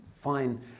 fine